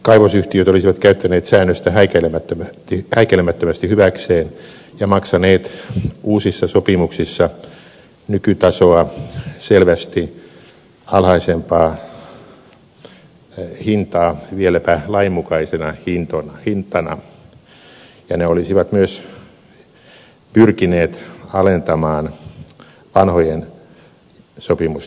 kaivosyhtiöt olisivat käyttäneet säännöstä häikäilemättömästi hyväkseen ja maksaneet uusissa sopimuksissa nykytasoa selvästi alhaisempaa hintaa vieläpä lainmukaisena hintana ja ne olisivat myös pyrkineet alentamaan vanhojen sopimusten hintaa